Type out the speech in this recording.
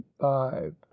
five